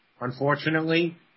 unfortunately